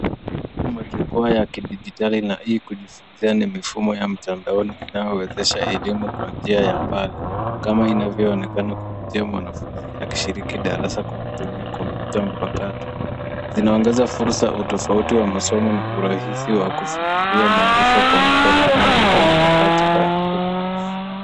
Majukwaa ya kidijiatali na E-kujifunzia, ni mifumo ya mtandaoni inayowezesha elimu kwa njia ya mbali, kama inavyoonekana kupitia mwanafunzi akishiriki darasa kwa kutumia kompyuta mpakato. Zinaongeza fursa, utofauti wa masomo na urahisi wa kufikiria maarifa kwa muda unaoendana na ratiba ya mtu binafsi.